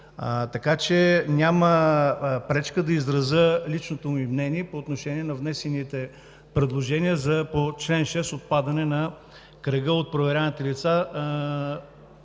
Така че няма пречка да изразя личното си мнение по отношение на внесените предложения по чл. 6 – отпадане на кръга от проверяваните лица,